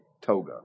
toga